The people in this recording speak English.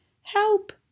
Help